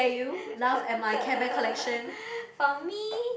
for me